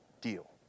deal